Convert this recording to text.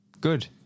Good